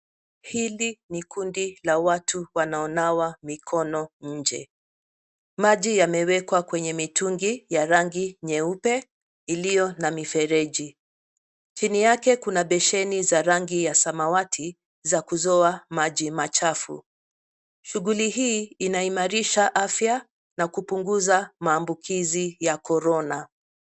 Hili ni kundi la watu wanaonawa mikono nje. Maji yamewekwa kwenye mitungi ya rangi nyeupe iliyo na mifereji. Chini yake kuna besheni za rangi ya samawati za kuzoa maji machafu. Shughuli hii inaimarisha afya na kupunguza maambukizi ya Korona.